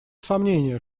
сомнения